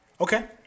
Okay